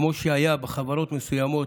כמו שהיה בחברות מסוימות,